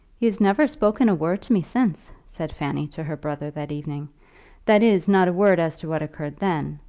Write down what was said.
he has never spoken a word to me since, said fanny to her brother that evening that is, not a word as to what occurred then.